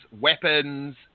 weapons